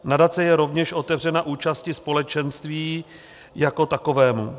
Nadace je rovněž otevřena účasti společenství (?) jako takovému.